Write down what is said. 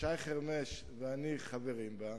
ששי חרמש ואני חברים בה,